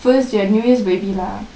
first jan new year's baby lah